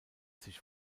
sich